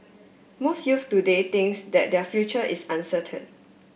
most youths today thinks that their future is uncertain